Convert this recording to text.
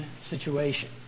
situation